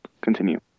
Continue